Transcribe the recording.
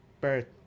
birth